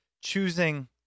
choosing